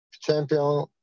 champion